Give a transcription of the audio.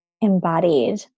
embodied